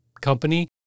company